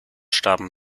starben